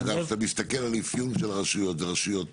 אגב, אם אתה מסתכל על אפיון של הרשויות אלו רשויות